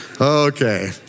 Okay